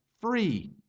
free